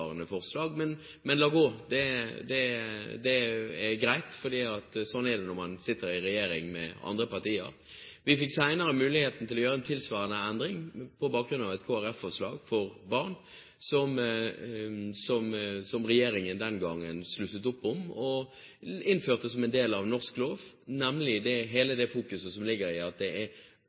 tilsvarende forslag, men la gå, det er greit, for slik er det når man sitter i regjering med andre partier. Vi fikk senere muligheten til å gjøre en tilsvarende endring for barn på bakgrunn av et Kristelig Folkeparti-forslag, som regjeringen den gangen sluttet opp om og innførte som en del av norsk lov, nemlig at hensynet til barnets beste skal være et grunnleggende hensyn. Det